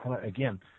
again